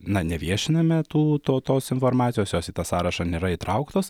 na neviešiname tų to tos informacijos jos į tą sąrašą nėra įtrauktos